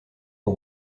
aux